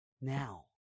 now